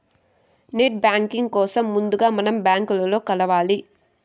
net banking కోసం ముందుగా మనం బ్యాంకులో కలవాలి